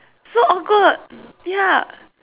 so awkward ya